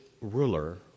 ruler